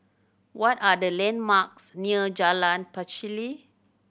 what are the landmarks near Jalan Pacheli